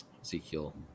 Ezekiel